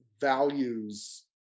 values